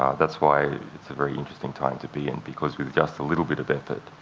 ah that's why it's a very interesting time to be in because with just a little bit of effort,